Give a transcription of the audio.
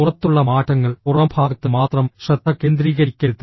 പുറത്തുള്ള മാറ്റങ്ങൾ പുറംഭാഗത്ത് മാത്രം ശ്രദ്ധ കേന്ദ്രീകരിക്കരുത്